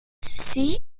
seen